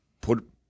put –